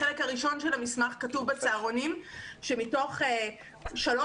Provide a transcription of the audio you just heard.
בחלק הראשון של המסמך כתוב שבצהרונים שמתוך שלוש